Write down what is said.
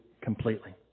completely